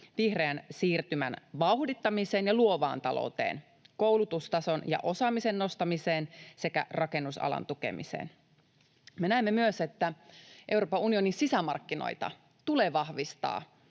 vihreän siirtymän vauhdittamiseen ja luovaan talouteen, koulutustason ja osaamisen nostamiseen sekä rakennusalan tukemiseen. Me näemme myös, että Euroopan unionin sisämarkkinoita tulee vahvistaa